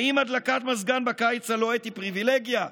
האם הדלקת מזגן בקיץ הלוהט היא פריבילגיה?